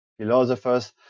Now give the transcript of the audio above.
philosophers